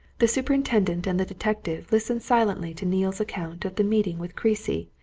the superintendent and the detective listened silently to neale's account of the meeting with creasy,